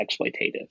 exploitative